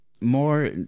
more